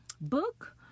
book